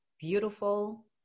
beautiful